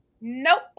nope